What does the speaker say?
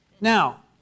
Now